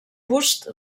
busts